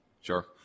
sure